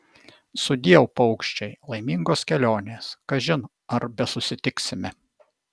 sudieu paukščiai laimingos kelionės kažin ar besusitiksime